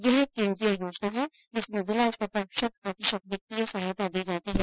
यह केन्द्रीय योजना है जिसमें जिलास्तर पर शत प्रतिशत वित्तीय सहायता दी जाती है